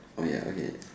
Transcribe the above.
orh ya okay